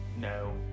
No